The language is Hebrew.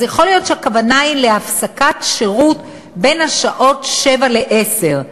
אז יכול להיות שהכוונה היא להפסקת השירות בין 19:00 ל-22:00,